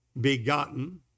begotten